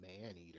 Maneater